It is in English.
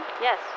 Yes